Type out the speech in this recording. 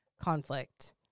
conflict